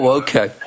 okay